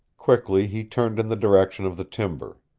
quickly he turned in the direction of the timber.